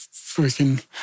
freaking